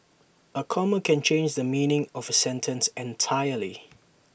A comma can change the meaning of A sentence entirely